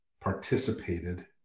participated